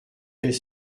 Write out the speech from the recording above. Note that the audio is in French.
elles